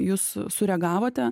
jūs sureagavote